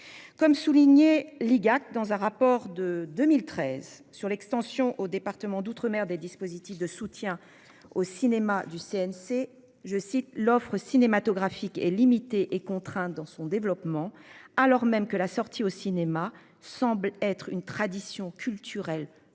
Comme souligné l'IGAD dans un rapport de 2013 sur l'extension aux départements d'outre-mer des dispositifs de soutien au cinéma du CNC. Je cite l'offre cinématographique est limitée et contrainte dans son développement, alors même que la sortie au cinéma semble être une tradition culturelle forte,